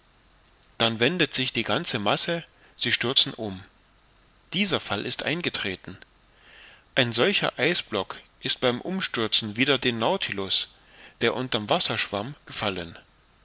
dann wendet sich die ganze masse sie stürzen um dieser fall ist eingetreten ein solcher eisblock ist beim umstürzen wider den nautilus der unter'm wasser schwamm gefallen